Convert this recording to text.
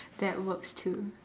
that works too